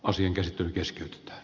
asian käsittely keskeytetään